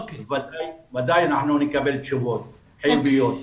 ודאי נקבל תשובות חיוביות.